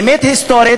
אמת היסטורית,